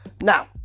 Now